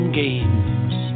games